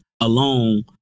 alone